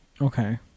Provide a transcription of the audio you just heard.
Okay